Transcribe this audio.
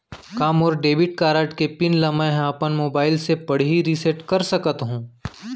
का मोर debit card के पिन ल मैं ह अपन मोबाइल से पड़ही रिसेट कर सकत हो?